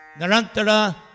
Narantara